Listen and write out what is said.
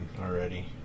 already